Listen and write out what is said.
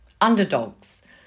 Underdogs